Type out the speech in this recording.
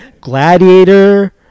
Gladiator